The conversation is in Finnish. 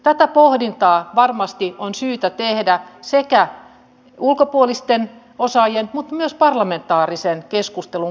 tätä pohdintaa varmasti on syytä tehdä sekä ulkopuolisten osaajien että myös parlamentaarisen keskustelun kautta